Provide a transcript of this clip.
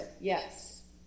Yes